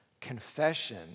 Confession